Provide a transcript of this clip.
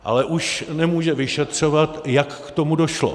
Ale už nemůže vyšetřovat, jak k tomu došlo.